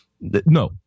No